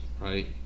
right